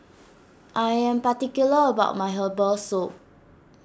I am particular about my Herbal Soup